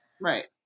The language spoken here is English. Right